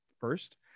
first